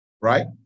right